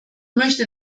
möchte